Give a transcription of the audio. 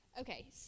Okay